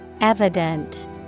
Evident